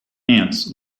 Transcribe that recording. ants